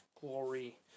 glory